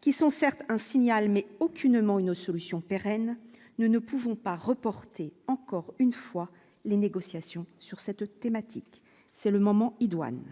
qui sont certes un signal, mais aucunement une solution pérenne, nous ne pouvons pas reporté, encore une fois les négociations sur cette thématique, c'est le moment idoine,